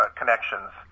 connections